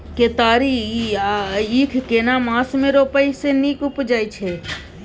केतारी या ईख केना मास में रोपय से नीक उपजय छै?